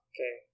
Okay